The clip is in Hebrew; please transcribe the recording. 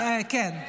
כן.